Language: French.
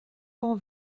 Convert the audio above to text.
pan